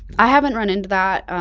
i haven't run into that